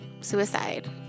suicide